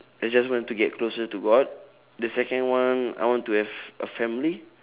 I just want to get closer to god the second one I want to have a family